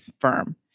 firm